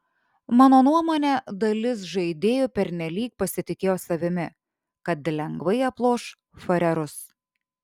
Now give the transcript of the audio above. mano nuomone dalis žaidėjų pernelyg pasitikėjo savimi kad lengvai aploš farerus